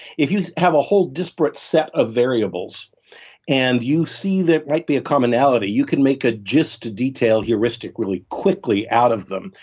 if you have a whole disparate set of variables and you see that right be a commonality, you can make a gist to detail heuristic really quickly out of them,